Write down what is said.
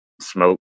smoke